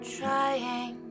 trying